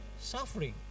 suffering